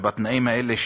ובתנאים האלה,